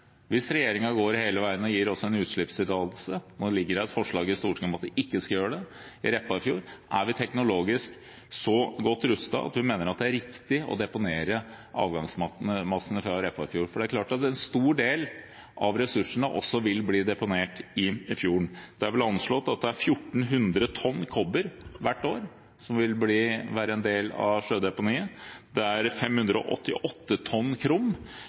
Hvis regjeringen f.eks. går hele veien og gir oss en utslippstillatelse – nå ligger det et forslag til Stortinget om at vi ikke skal gjøre det i Repparfjorden – er vi teknologisk så godt rustet at vi mener det er riktig å deponere avgangsmassene i Repparfjorden? Det er klart at en stor del ressurser også vil bli deponert i fjorden. Det er vel anslått at 1 400 tonn kobber hvert år vil være en del av sjødeponiet. Det er 588 tonn krom,